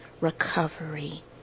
recovery